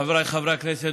חבריי חברי הכנסת,